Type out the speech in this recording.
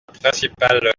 principale